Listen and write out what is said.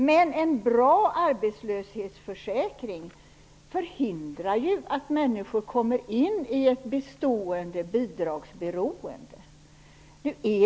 Men en bra arbetslöshetsförsäkring förhindrar ju att människor kommer in i ett bestående bidragsberoende.